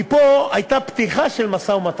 מפה הייתה פתיחה של משא-ומתן,